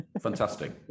Fantastic